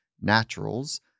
naturals